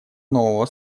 нового